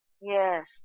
yes